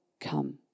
come